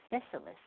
specialist